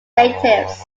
natives